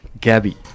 Gabby